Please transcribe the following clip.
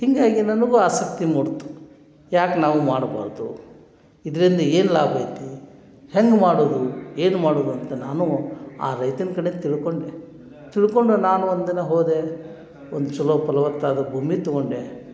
ಹೀಗಾಗಿ ನನಗೂ ಆಸಕ್ತಿ ಮೂಡಿತು ಯಾಕೆ ನಾವು ಮಾಡಬಾರ್ದು ಇದ್ರಿಂದ ಏನು ಲಾಭ ಐತಿ ಹೆಂಗೆ ಮಾಡುವುದು ಏನು ಮಾಡುವುದು ಅಂತ ನಾನು ಆ ರೈತನ ಕಡೆ ತಿಳ್ಕೊಂಡೆ ತಿಳ್ಕೊಂಡು ನಾನು ಒಂದಿನ ಹೋದೆ ಒಂದು ಚಲೋ ಫಲವತ್ತಾದ ಭೂಮಿ ತಗೊಂಡೆ